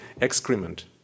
excrement